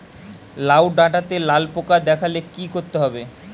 লাউ ডাটাতে লাল পোকা দেখালে কি করতে হবে?